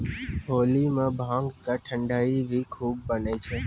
होली मॅ भांग के ठंडई भी खूब बनै छै